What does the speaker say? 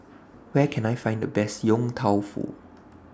Where Can I Find The Best Yong Tau Foo